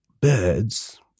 birds